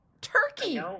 Turkey